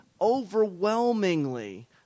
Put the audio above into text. overwhelmingly